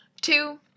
Two